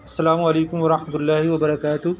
السلام علیکم ورحمتہ اللہ و برکاتہ